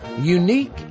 Unique